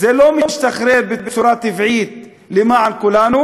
זה לא משתחרר בצורה טבעית למען כולנו,